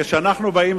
כשאנחנו באים,